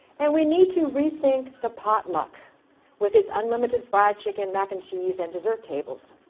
and we need to rethink the potluck with this unlimited fried chicken, mac and cheese and desert tables.